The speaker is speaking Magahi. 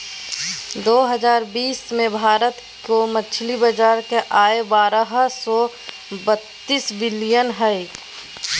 दो हजार बीस में भारत के मछली बाजार के आय बारह सो बतीस बिलियन हइ